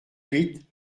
huit